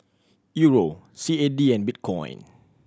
Euro C A D and Bitcoin